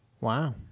Wow